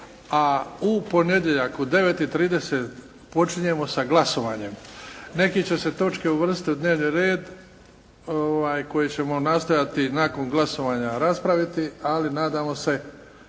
a u ponedjeljak u 9,30 sati počinjemo sa glasovanjem. Neke će se točke uvrstiti u dnevni red koje ćemo nastojati nakon glasovanja raspraviti ali nadamo se